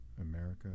America